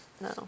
No